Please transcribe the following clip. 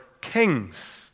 kings